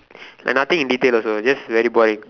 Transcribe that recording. like nothing in detail also just very boring